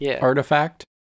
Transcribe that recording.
artifact